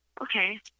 Okay